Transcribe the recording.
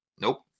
Nope